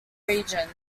region